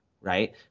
Right